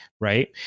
Right